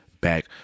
back